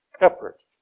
effort